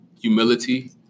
humility